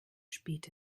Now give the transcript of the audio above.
spät